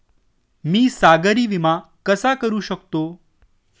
मी सागरी विमा कसा करू शकतो?